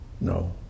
No